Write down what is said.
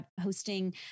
hosting